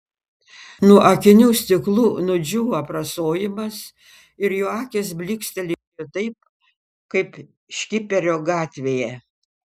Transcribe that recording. nuo akinių stiklų nudžiūvo aprasojimas ir jo akys blykstelėjo taip kaip škiperio gatvėje